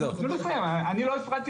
אני לא הפרעתי